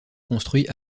construit